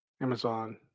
Amazon